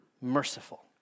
merciful